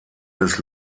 des